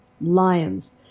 lions